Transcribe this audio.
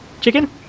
chicken